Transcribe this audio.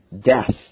death